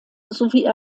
sowie